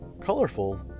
colorful